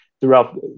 throughout